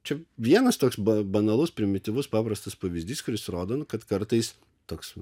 čia vienas toks banalus primityvus paprastas pavyzdys kuris rodo nu kad kartais toks